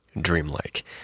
dreamlike